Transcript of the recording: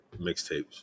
mixtapes